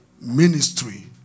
Ministry